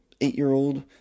eight-year-old